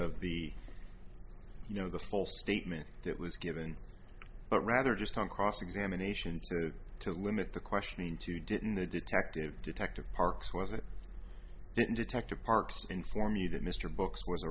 of the you know the full statement that was given but rather just on cross examination to limit the questioning too didn't the detective detective parks wasn't it detective parks inform me that mr brooks